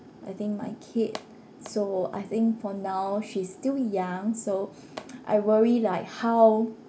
I think my kid so I think for now she's still young so I worry like how